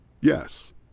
Yes